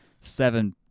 seven